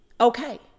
Okay